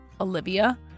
Olivia